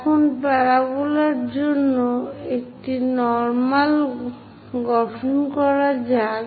এখন প্যারাবোলার জন্য একটি নর্মাল গঠন করা যাক